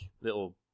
little